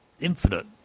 Infinite